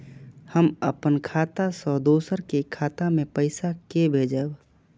हम अपन खाता से दोसर के खाता मे पैसा के भेजब?